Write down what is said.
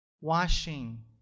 washing